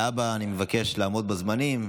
להבא, אני מבקש לעמוד בזמנים,